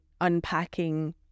unpacking